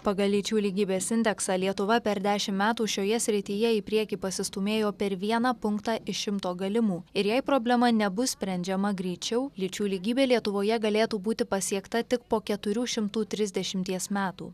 pagal lyčių lygybės indeksą lietuva per dešimt metų šioje srityje į priekį pasistūmėjo per vieną punktą iš šimto galimų ir jei problema nebus sprendžiama greičiau lyčių lygybė lietuvoje galėtų būti pasiekta tik po keturių šimtų trisdešimties metų